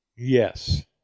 Yes